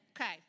Okay